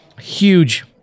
huge